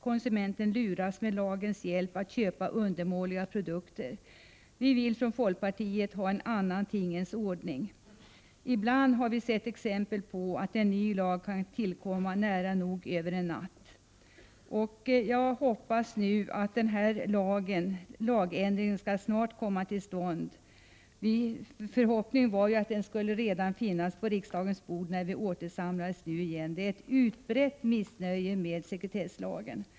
Konsumenten luras med lagens hjälp att köpa undermåliga produkter. Vi vill från folkpartiets sida ha en annan tingens ordning. Ibland har vi sett exempel på att en ny lag kan tillkomma nära nog över en natt. Jag hoppas nu att denna lagändring snart skall komma till stånd. Vår förhoppning var att den skulle finnas på riksdagens bord när vi återsamlades. Det finns ett utbrett missnöje med sekretesslagen.